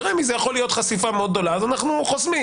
ברמ"י זאת יכולה להיות חשיפה מאוד גדולה אז אנחנו חוסמים.